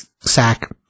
sack